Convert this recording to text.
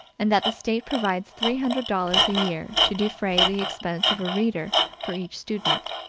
and that the state provides three hundred dollars a year to defray the expense of a reader for each student.